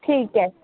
ठीक है